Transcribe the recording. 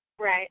Right